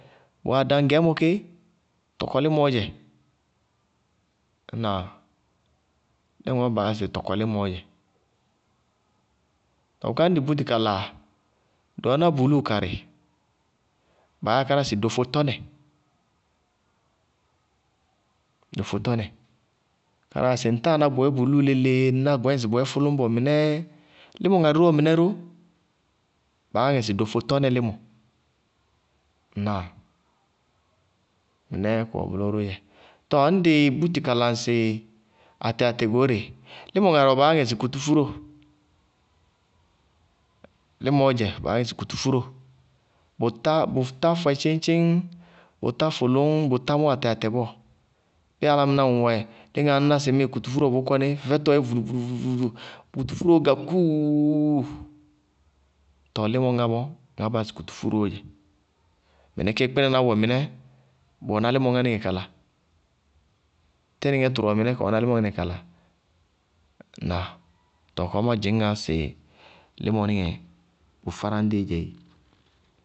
Bʋwɛ adaŋ gɛɛmɔ ké, tɔkɔlímɔɔ dzɛ. Ŋnáa? Límɔ bʋʋ baa yáa sɩ tɔkɔlímɔɔ dzɛ. Tɔɔ bʋká ñ dɩ búti kala, dɩ wɛná bulúu karɩ baá yá káná sɩ dofotɔnɛ, dofotɔnɛ. Káná sɩ ŋtáa ná bʋyɛ bulúu léleé ŋñná bʋ yɛ ŋsɩ bʋ yɛ fʋlʋñbɔ. Límɔ ŋarɩ wɛ mɩnɛ ró baá yá ŋɛ sɩ dofotɔnɛ límɔ. Ŋnáa? Mɩnɛɛ kʋwɛ bʋlɔ róó dzɛ. Tɔɔ ñ dɩ búti kala atɛ-arɛɛ goóre, límɔ ŋarɩ wɛ baá yá ŋɛ sɩ kutufúróo, límɔɔ dzɛ, baá yá ŋɛ sɩ kutufúróo. Bʋtá fɔɛ tchíñ-tchíñ bʋtá fʋlʋŋñ bʋtá mʋ atɛ-atɛ bɔɔ. Bíɩ álámɩná ŋwɛ léŋáa ŋñná sɩ ŋmíɩ kutufúróo wɛ bʋʋ kɔní, fɛfɛtɔɔ yɛ vulu-vulu-vulu, kutufúróo, tɔɔ límɔ ŋá mɔ ŋaá baa yáa sɩ kutufúróo dzɛ. Mɩnɛ kéé kpínaná níŋɛ wɛ mɩnɛ bʋ wɛná límɔníŋɛ bʋ kala, tínɩŋɛ tʋrʋníŋɛ wɛná límɔ ŋá níŋɛ kala. Ŋnáa? Tɔɔ kɔɔ má dzɩñŋá sɩ límɔníŋɛ bʋ fáráñɖíí dzɛ éé.